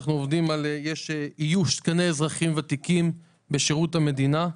אנחנו עובדים על איוש תקנים של אזרחים ותיקים בשירות המדינה.